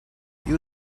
you